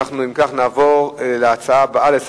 הנושא הבא: